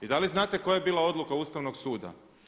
I da li znate koja je bila odluka Ustavnog suda?